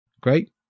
great